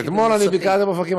אבל אתמול ביקרתי באופקים,